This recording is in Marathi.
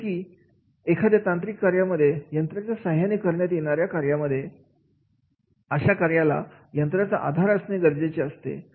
जसे की एखाद्या तांत्रिक कार्यामध्ये यंत्राच्या साह्याने करण्यात येणाऱ्या कार्यामध्ये अशा कार्याला यंत्राचा आधार असणे गरजेचे असते